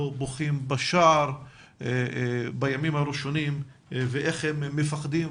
בוכים בשער בימים הראשונים ואיך הם מפחדים,